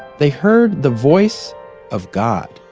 they heard the voice of god.